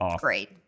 Great